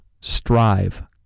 Strive